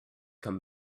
come